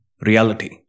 reality